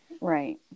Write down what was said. right